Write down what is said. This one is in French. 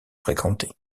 fréquentait